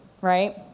right